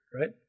right